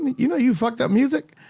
you know you fucked up music?